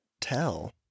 tell